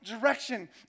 direction